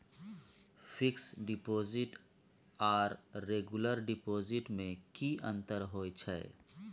Fix deposit आर regular deposit में की अंतर होय छै?